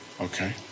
Okay